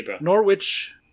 Norwich